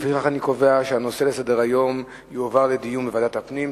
לפיכך אני קובע שהנושא יועבר לדיון בוועדת הפנים.